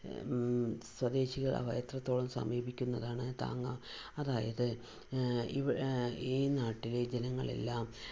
സ്വദേശികൾ അവ എത്രത്തോളം സമീപിക്കുന്നതാണ് താങ്ങാ അതായത് ഇവ ഈ നാട്ടിലെ ജനങ്ങളെല്ലാം